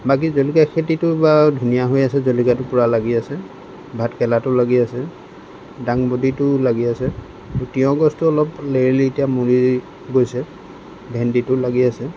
বাকী জলকীয়া খেতিটো বাৰু ধুনীয়া হৈ আছে জলকীয়াটো পূৰা লাগি আছে ভাতকেৰেলাটো লাগি আছে ডাংবডীটোও লাগি আছে কিন্তু তিঁয়হ গছটো অলপ লেৰেলি এতিয়া মৰি গৈছে ভেন্দিটো লাগি আছে